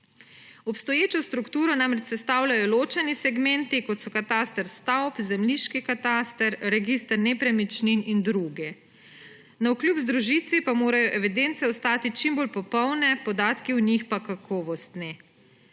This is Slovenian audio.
Obstoječo strukturo namreč sestavljajo ločeni segmenti, kot so kataster stavb, zemljiški kataster, register nepremičnin in druge. Navkljub združitvi pa morajo evidence ostati čim bolj popolne, podatki v njih pa kakovostni.